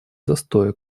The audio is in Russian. застоя